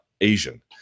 Asian